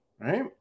right